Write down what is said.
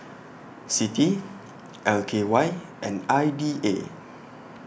CITI L K Y and I D A